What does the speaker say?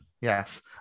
yes